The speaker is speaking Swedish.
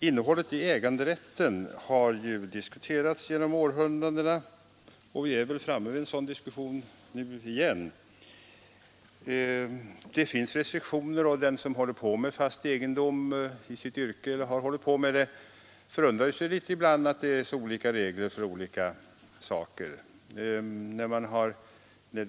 Innehållet i äganderättsbegreppet har diskuterats under århundraden, och nu är vi åter framme vid en sådan diskussion. Det finns rätt många restriktioner på det området, och den som i sitt yrke håller på med eller har hållit på med frågan om fast egendom förundrar sig ibland över att reglerna är så olika i olika fall.